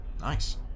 Nice